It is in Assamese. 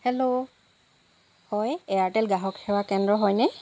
হেল্ল' হয় এয়াৰটেল গ্ৰাহক সেৱা কেন্দ্ৰ হয়নে